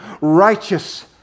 righteous